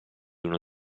uno